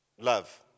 love